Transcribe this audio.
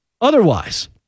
otherwise